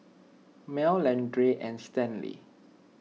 Mel Leandra and Stanley